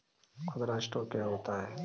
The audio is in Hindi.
खुदरा स्टोर क्या होता है?